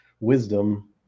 wisdom